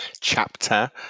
chapter